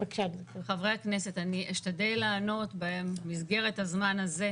חברי הכנסת, אני אשתדל לענות במסגרת הזמן הזאת.